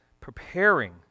preparing